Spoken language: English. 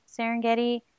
Serengeti